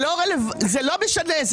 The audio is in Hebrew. לא משנה.